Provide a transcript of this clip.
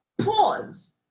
pause